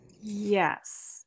Yes